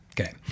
Okay